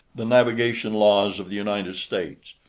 the navigation laws of the united states,